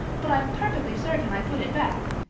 but i'm perfectly certain i put it back.